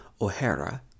O'Hara